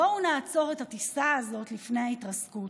בואו נעצור את הטיסה הזאת לפני ההתרסקות,